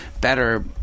better